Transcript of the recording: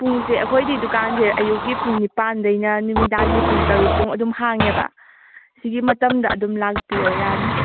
ꯄꯨꯡꯁꯦ ꯑꯩꯈꯣꯏꯗꯤ ꯗꯨꯀꯥꯟꯁꯦ ꯑꯌꯨꯛꯀꯤ ꯄꯨꯡ ꯅꯤꯄꯥꯟꯗꯩꯅ ꯅꯨꯃꯤꯗꯥꯡꯒꯤ ꯄꯨꯡ ꯇꯔꯨꯛꯐꯥꯎ ꯑꯗꯨꯝ ꯍꯥꯡꯉꯦꯕ ꯁꯤꯒꯤ ꯃꯇꯝꯗ ꯑꯗꯨꯝ ꯂꯥꯛꯄꯤꯌꯣ ꯌꯥꯅꯤ